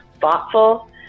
thoughtful